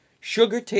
Sugar